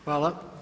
Hvala.